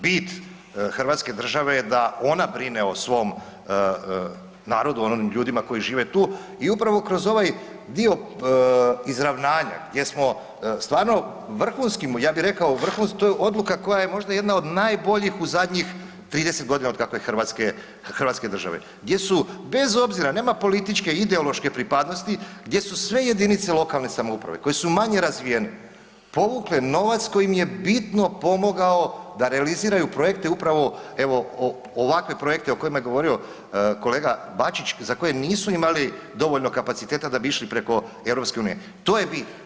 Bit Hrvatske države je da ona brine o svom narodu o ljudima koji žive tu i upravo kroz ovaj dio izravnanja gdje smo stvarno vrhunskim, to je odluka koja je možda jedna od najboljih u zadnjih 30 godina od kako je Hrvatske države gdje su bez obzira nema političke ideološke pripadnosti gdje su sve jedinice lokalne samouprave koje su manje razvijene povukle novac koji im bitno pomogao da realiziraju projekte upravo evo ovakve projekte o kojima je govorio kolega Bačić za koje nisu imali dovoljno kapaciteta da bi išli preko EU, to je bit.